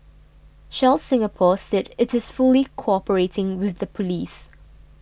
shell Singapore said it is fully cooperating with the police